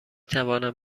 توانم